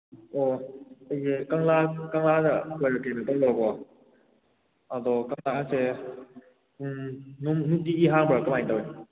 ꯑꯣ ꯇꯥꯕ꯭ꯔꯣ ꯑꯩꯁꯦ ꯀꯪꯂꯥ ꯀꯪꯂꯥꯗ ꯑꯥ ꯀꯩꯅꯣ ꯇꯧꯕꯀꯣ ꯑꯗꯣ ꯀꯪꯂꯥꯁꯦ ꯅꯨꯡꯇꯤꯒꯤ ꯍꯥꯡꯕ꯭ꯔ ꯀꯃꯥꯏꯅ ꯇꯧꯋꯦ